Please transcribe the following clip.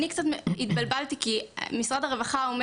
אני קצת התבלבלתי כי משרד הרווחה אומר